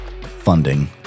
funding